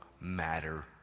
matter